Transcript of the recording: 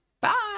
Bye